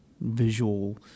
visual